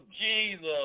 Jesus